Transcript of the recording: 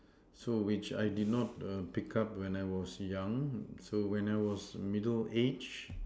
so which I did not err pick up when I was young so when I was middle age